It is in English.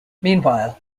meanwhile